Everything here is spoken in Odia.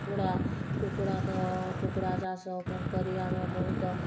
କୁକୁଡ଼ା କୁକୁଡ଼ା କୁକୁଡ଼ା ଚାଷ କରି ଆମେ ବହୁତ